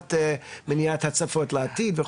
מבחינת מניעת הצפות לעתיד וכו'.